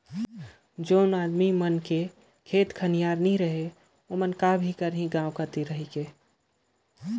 जेन मइनसे मन जग खेत खाएर नी रहें ओमन का करहीं गाँव कती